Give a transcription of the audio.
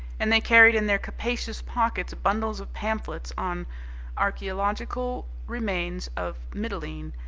and they carried in their capacious pockets bundles of pamphlets on archaeological remains of mitylene,